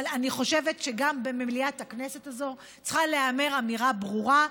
אבל אני חושבת שגם במליאת הכנסת הזאת צריכה להיאמר אמירה ברורה: